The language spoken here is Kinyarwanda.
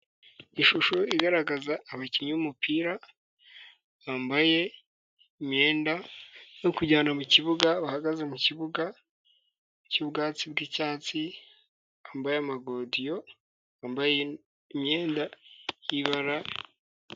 Ishusho igaragaza abakinnyi b'umupira, bambaye imyenda yo kujyana mukibuga, bahagaze mu kibuga cy'ubwatsi bw'icyatsi, bambaye amagodiyo, bambaye imyenda y'ibara.